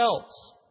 else